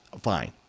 Fine